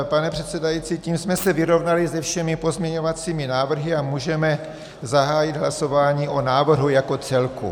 Pane předsedající, tím jsme se vyrovnali se všemi pozměňovacími návrhy a můžeme zahájit hlasování o návrhu jako o celku.